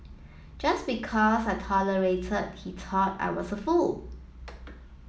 just because I tolerated he thought I was a fool